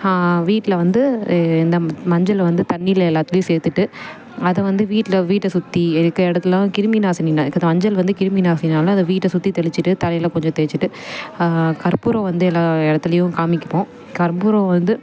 வீட்டில் வந்து இந்த மஞ்சளை வந்து தண்ணியில் எல்லாத்துலேயும் சேர்த்துட்டு அதை வந்து வீட்டில் வீட்டை சுற்றி இருக்க இடத்துலலாம் கிருமி நாசினினால் மஞ்சள் வந்து கிருமி நாசினால் அதை வீட்டை சுற்றி தெளிச்சுட்டு தலையில் கொஞ்சம் தேய்ச்சுட்டு கற்பூரம் வந்து எல்லாம் இடத்துலையும் காமிப்போம் கற்பூரம் வந்து